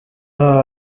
aho